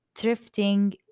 drifting